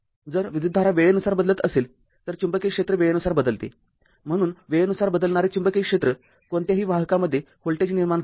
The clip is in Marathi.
जर विद्युतधारा वेळेनुसार बदलत असेल तर चुंबकीय क्षेत्र वेळेनुसार बदलते म्हणून वेळेनुसार बदलणारे चुंबकीय क्षेत्र कोणत्याही वाहकामध्ये व्होल्टेज निर्माण करते